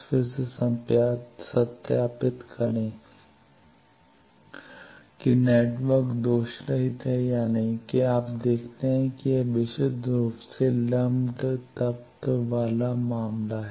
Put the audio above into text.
फिर से सत्यापित करें कि नेटवर्क दोषरहित है या नहीं कि आप देखते हैं कि यह विशुद्ध रूप से लमप्ड तत्व वाला मामला है